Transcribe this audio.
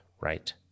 Right